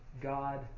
God